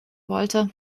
wollte